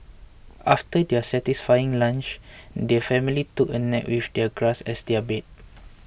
after their satisfying lunch the family took a nap with the grass as their bed